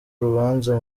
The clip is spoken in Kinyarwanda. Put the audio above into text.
urubanza